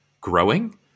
growing